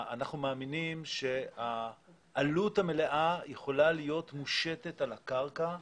אנחנו מאמינים שהעלות המלאה יכולה להיות מושתת על הקרקע.